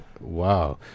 Wow